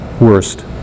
worst